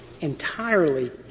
entirely